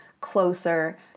closer